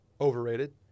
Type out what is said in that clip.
Overrated